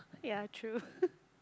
ya true